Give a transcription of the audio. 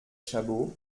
chabaud